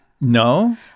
No